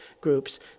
groups